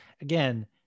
again